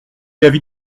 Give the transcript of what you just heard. l’avis